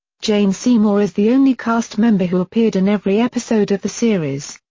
jane seymour is the only cast member who appeared in every episode of the series.